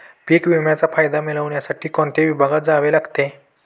पीक विम्याचा फायदा मिळविण्यासाठी कोणत्या विभागात जावे लागते?